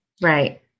Right